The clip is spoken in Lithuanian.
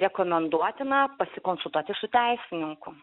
rekomenduotina pasikonsultuoti su teisininku